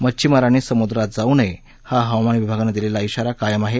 मच्छीमारांनी सम्द्रात जाऊ नये हा हवामान विभागानं दिलॆला इशारा कायम आहे